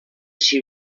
she